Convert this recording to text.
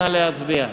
נא להצביע.